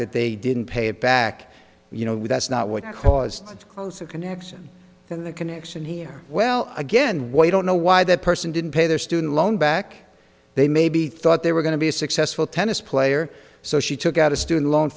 that they didn't pay it back you know that's not what caused them to close the connection in the connection here well again why don't know why that person didn't pay their student loan back they maybe thought they were going to be a successful tennis player so she took out a student loan